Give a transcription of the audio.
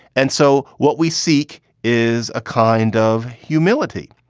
and so what we seek is a kind of humility.